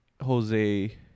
Jose